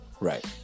right